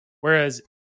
Whereas